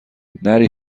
نری